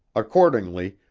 accordingly,